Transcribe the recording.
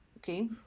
Okay